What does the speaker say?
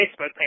Facebook